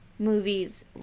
movies